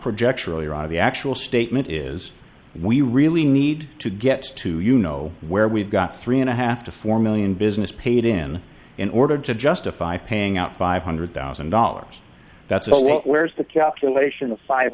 project the actual statement is we really need to get to you know where we've got three and a half to four million business paid in in order to justify paying out five hundred thousand dollars that's a lot where's the calculation of five